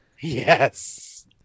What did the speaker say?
yes